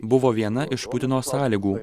buvo viena iš putino sąlygų